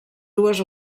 dues